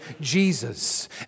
Jesus